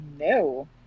No